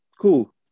Cool